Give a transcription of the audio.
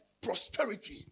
prosperity